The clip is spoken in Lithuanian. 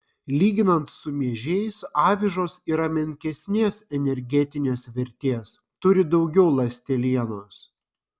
lyginant su miežiais avižos yra menkesnės energetinės vertės turi daugiau ląstelienos